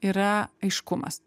yra aiškumas